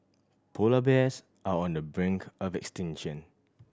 polar bears are on the brink of extinction